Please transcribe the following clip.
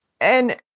And-